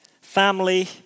Family